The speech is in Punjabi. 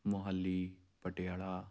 ਮੋਹਾਲੀ ਪਟਿਆਲਾ